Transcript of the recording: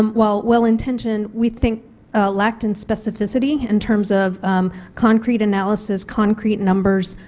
um while well-intentioned, we think lacked in specificity in terms of concrete analysis, concrete numbers,